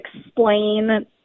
explain